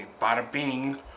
Bada-bing